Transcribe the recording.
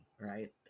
right